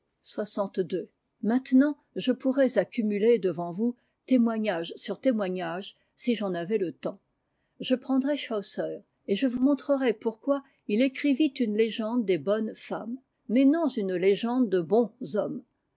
maintenant je pourrais accumuler devant vous témoignages sur témoignages si j'en avais le temps je prendrais chaucer et je vous montrerais pourquoi il écrivit une légende des bonnes femmes i maisnon une légendede bonshommes